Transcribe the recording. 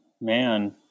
man